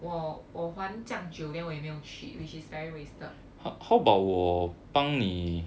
我我还这样久 then 我也没有去 which is very wasted